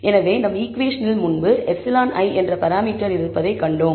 எனவே நம் ஈகுவேஷனில் முன்பு εi என்ற பராமீட்டர் இருப்பதைக் கண்டோம்